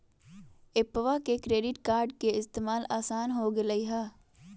एप्पवा से credit card के इस्तेमाल असान हो गेलई ह